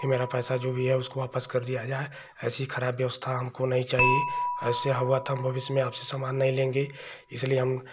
कि मेरा पैसा जो भी है उसको वापस कर दिया जाए ऐसी खराब व्यवस्था हमको नहीं चाहिए ऐसे हुआ तो हम भविष्य में आपसे सामान नहीं लेंगे इसलिए हम